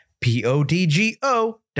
P-O-D-G-O